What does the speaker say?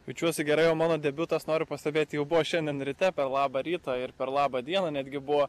jaučiuosi gerai o mano debiutas noriu pastebėti jau buvo šiandien ryte per labą rytą ir per labą dieną netgi buvo